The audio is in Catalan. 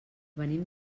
venim